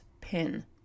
pin